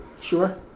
Sure